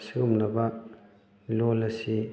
ꯑꯁꯤꯒꯨꯝꯂꯕ ꯂꯣꯜ ꯑꯁꯤ